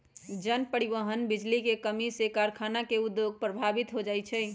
जन, परिवहन, बिजली के कम्मी से कारखाना के उद्योग प्रभावित हो जाइ छै